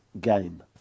game